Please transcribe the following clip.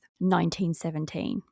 1917